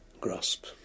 grasp